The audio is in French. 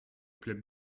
plaît